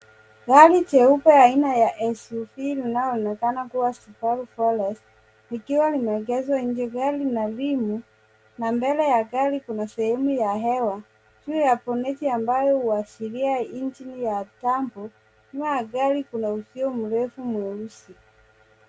Gari jeupe aina ya SUV linaloonekana kuwa Subaru Forester likiwa limeegezwa nje. Gari lina rimu na mbele ya gari kuna sehemu ya hewa juu ya boneti ambayo huashiria injini ya turbo. Nyuma ya gari kuna uzio mrefu mweusi.